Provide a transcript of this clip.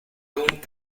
doomed